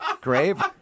grave